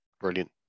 Brilliant